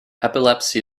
epilepsy